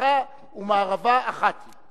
מזרחה ומערבה אחת היא.